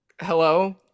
Hello